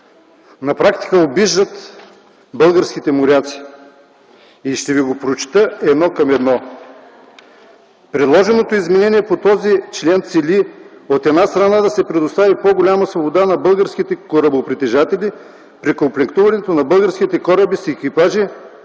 на практика обиждат българските моряци. Ще ви го прочета едно към едно: „Предложеното изменение по този член цели, от една страна, да се предостави по-голяма свобода на българските корабопритежатели при комплектуването на българските кораби с екипажи,